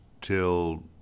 till